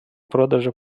продажу